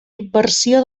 inversió